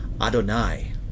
Adonai